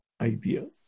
ideas